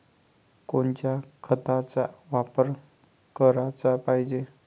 कोनच्या खताचा वापर कराच पायजे?